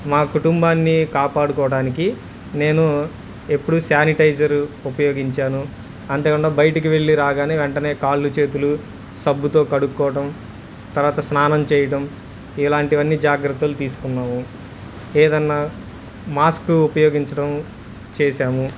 మా కుటుంబాన్ని కాపాడుకోవడానికి నేను ఎప్పుడు శానిటైజర్ ఉపయోగించాను అంతేకాకుండా బయటకి వెళ్ళి రాగానే వెంటనే కాళ్ళు చేతులు సబ్బుతో కడుక్కవటం తర్వాత స్నానం చేయటం ఇలాంటివి అన్నీ జాగ్రత్తలు తీసుకున్నాము ఏదన్నా మాస్క్ ఉపయోగించడం చేశాము